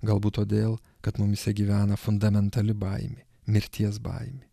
galbūt todėl kad mumyse gyvena fundamentali baimė mirties baimė